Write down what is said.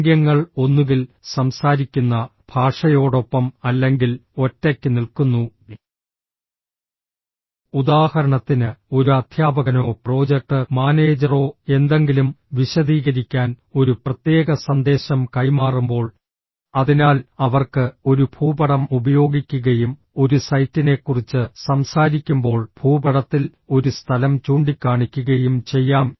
ആംഗ്യങ്ങൾ ഒന്നുകിൽ സംസാരിക്കുന്ന ഭാഷയോടൊപ്പം അല്ലെങ്കിൽ ഒറ്റയ്ക്ക് നിൽക്കുന്നു ഉദാഹരണത്തിന് ഒരു അധ്യാപകനോ പ്രോജക്ട് മാനേജറോ എന്തെങ്കിലും വിശദീകരിക്കാൻ ഒരു പ്രത്യേക സന്ദേശം കൈമാറുമ്പോൾ അതിനാൽ അവർക്ക് ഒരു ഭൂപടം ഉപയോഗിക്കുകയും ഒരു സൈറ്റിനെക്കുറിച്ച് സംസാരിക്കുമ്പോൾ ഭൂപടത്തിൽ ഒരു സ്ഥലം ചൂണ്ടിക്കാണിക്കുകയും ചെയ്യാം